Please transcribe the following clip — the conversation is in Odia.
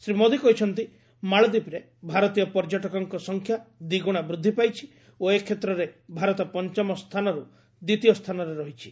ଶ୍ରୀ ମୋଦୀ କହିଛନ୍ତି ମାଳଦୀପରେ ଭାରତୀୟ ପର୍ଯ୍ୟଟକଙ୍କ ସଂଖ୍ୟା ଦ୍ୱିଗୁଣା ବୃଦ୍ଧି ପାଇଛି ଓ ଏ କ୍ଷେତ୍ରରେ ଭାରତ ପଞ୍ଚମ ସ୍ଥାନରୁ ଦ୍ୱିତୀୟ ସ୍ଥାନରେ ରହିଛି